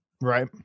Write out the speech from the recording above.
Right